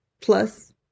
plus